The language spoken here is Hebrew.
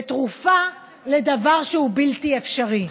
ותרופה, לדבר שהוא בלתי אפשרי.